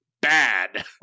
bad